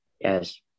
Yes